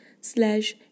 slash